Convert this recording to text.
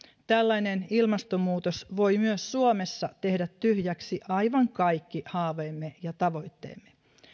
tällainen ilmastonmuutos voi myös suomessa tehdä tyhjäksi aivan kaikki haaveemme ja tavoitteemme